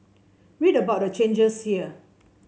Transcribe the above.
read about the changes here